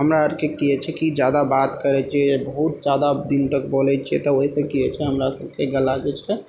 हमरा आरके की होइ छै कि जादा बात करय छियै बहुत जादा दिन तक बोलय छियै तऽ ओइसँ की होइ छै हमरा सबके गला जे छै